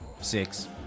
six